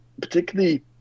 particularly